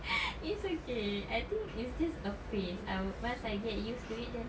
it's okay I think it's just a phase I would once I get used to it then